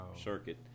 circuit